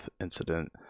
incident